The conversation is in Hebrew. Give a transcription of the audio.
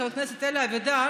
חבר הכנסת אלי אבידר,